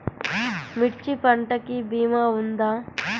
మిర్చి పంటకి భీమా ఉందా?